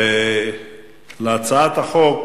להצעת החוק